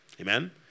amen